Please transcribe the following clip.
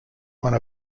one